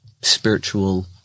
spiritual